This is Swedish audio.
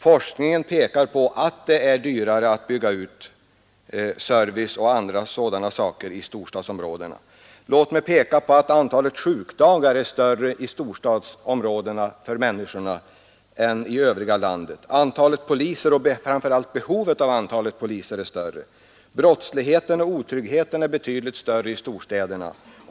Forskningen pekar på att det är dyrare att bygga ut servicen i storstadsområdena. Antalet sjukdagar är större i storstadsområdena än i övriga delar av landet. Behovet av poliser är större där. Brottsligheten och otryggheten är betydligt större i storstäderna.